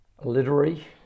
literary